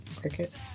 Cricket